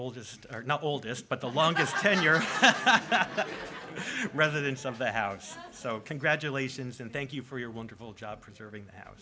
not oldest but the longest tenure rather than some of the house so congratulations and thank you for your wonderful job preserving the house